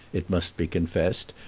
it must be confessed,